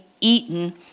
eaten